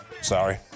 Sorry